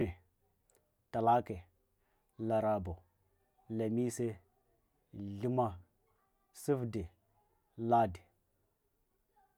talake, larabe, lamise, thama, sade, lad.